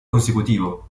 consecutivo